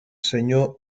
senyor